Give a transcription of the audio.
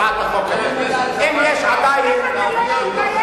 החקיקה הזאת מחוקקת לא כעיקרון,